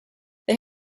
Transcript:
they